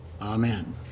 Amen